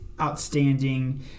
outstanding